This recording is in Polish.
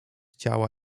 ciała